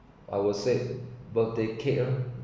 I would say birthday cake